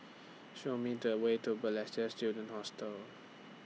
Show Me The Way to Balestier Student Hostel